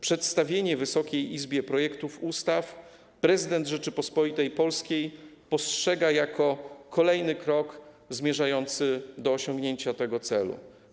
Przedstawienie Wysokiej Izbie projektów ustaw prezydent Rzeczypospolitej Polskiej postrzega jako kolejny krok zmierzający do osiągnięcia tego celu.